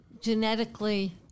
genetically